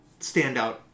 standout